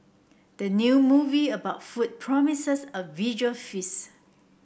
the new movie about food promises a visual feast